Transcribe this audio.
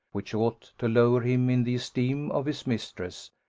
which ought to lower him in the esteem of his mistress,